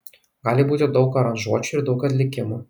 gali būti daug aranžuočių ir daug atlikimų